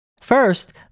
First